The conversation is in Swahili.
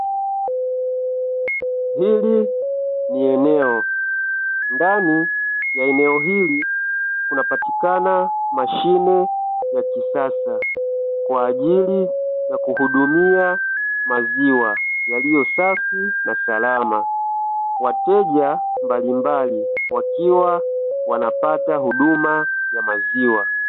Hili ni eneo. Ndani ya eneo hili kunapatikana mashine ya kisasa, kwa ajili ya kuhudumia maziwa yaliyo safi na salama. Wateja mbalimbali wakiwa wanapata huduma ya maziwa.